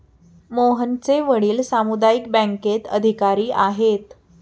मोहनचे वडील सामुदायिक बँकेत अधिकारी आहेत